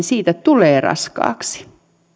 siitä tulee raskaaksi